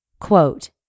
Quote